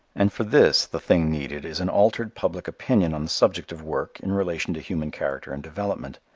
and for this the thing needed is an altered public opinion on the subject of work in relation to human character and development.